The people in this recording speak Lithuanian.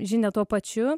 žinią tuo pačiu